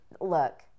look